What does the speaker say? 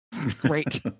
Great